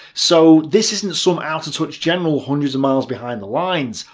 so this isn't some out-of-touch general, hundreds of miles behind the lines.